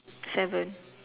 seven